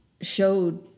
showed